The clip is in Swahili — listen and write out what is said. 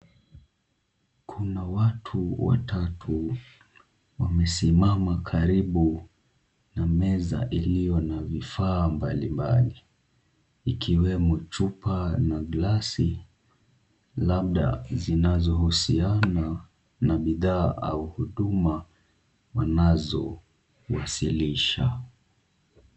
Kuna watu watatu wamesimama karibu na meza iliyo na vifaa mbalimbali, ikiwemo chupa na glasi labda zinazohusiana na bidhaa au huduma wanazowasilisha.